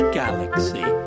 galaxy